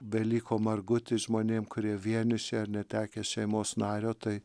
vėliko margutį žmonėm kurie vieniši ar netekę šeimos nario tai